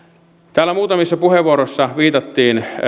täällä muutamissa puheenvuoroissa viitattiin